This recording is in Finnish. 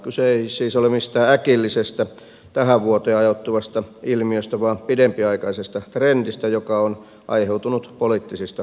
kyse ei siis ole mistään äkillisestä tähän vuoteen ajoittuvasta ilmiöstä vaan pidempiaikaisesta trendistä joka on aiheutunut poliittisista päätöksistä